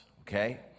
Okay